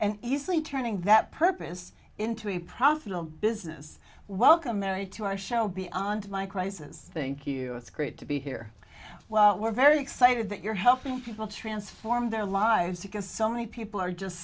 and easily turning that purpose into a profitable business welcome mary to i shall be on to my crisis think you it's great to be here well we're very excited that you're helping people transform their lives because so many people are just